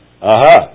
Aha